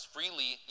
Freely